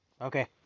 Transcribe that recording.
okay